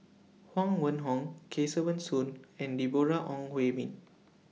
Huang Wenhong Kesavan Soon and Deborah Ong Hui Min